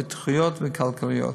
בטיחותיות וכלכליות.